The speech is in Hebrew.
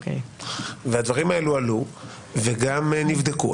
הדברים האלה עלו וגם נבדקו.